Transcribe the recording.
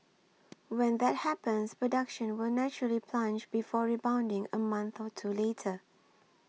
when that happens production will naturally plunge before rebounding a month or two later